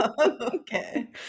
Okay